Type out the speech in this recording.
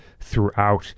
throughout